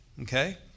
Okay